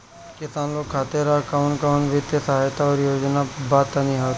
किसान लोग खातिर कवन कवन वित्तीय सहायता और योजना बा तनि बताई?